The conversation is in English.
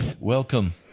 Welcome